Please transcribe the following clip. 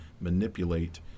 manipulate